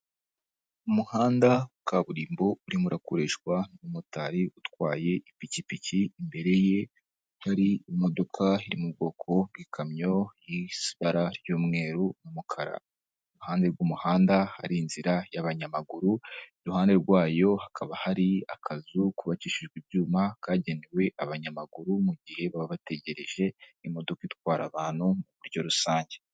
Umuhanda kaburimbo urimo urakoreshwa nu mumotari utwaye ipikipiki, imbere ye hari imodoka iriri mu bwoko bw'ikamyo y'ibara ry'umweru n'umukara , iruhande rw'umuhanda hari inzira y'abanyamaguru, iruhande rwayo hakaba hari akazu kubakishijwe ibyuma kagenewe abanyamaguru mu gihe baba bategereje imodoka itwara abantu mu buryo rusange.